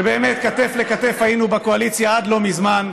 שבאמת כתף לכתף היינו בקואליציה עד לא מזמן,